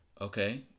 Okay